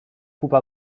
pupa